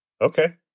okay